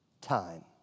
time